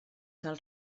del